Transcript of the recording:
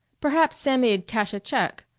perhaps sammy'd cash a check.